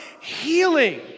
healing